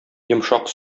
йомшак